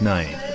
Night